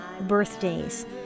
birthdays